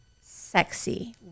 sexy